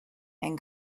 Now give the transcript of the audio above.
and